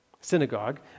synagogue